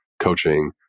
coaching